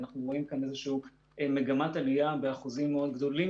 אנחנו רואים כאן איזושהי מגמת עליה באחוזים מאוד גדולים.